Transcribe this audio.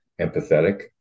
empathetic